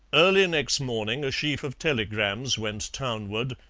early next morning a sheaf of telegrams went townward,